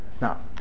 Now